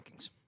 rankings